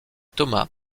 thomas